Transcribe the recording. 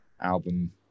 album